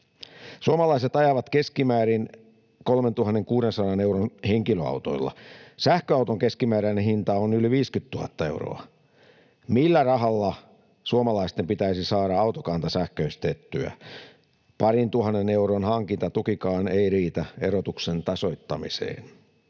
Suomalaiset ajavat keskimäärin 3 600 euron henkilöautoilla. Sähköauton keskimääräinen hinta on yli 50 000 euroa. Millä rahalla suomalaisten pitäisi saada autokanta sähköistettyä? Parintuhannen euron hankintatukikaan ei riitä erotuksen tasoittamiseen.